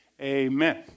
Amen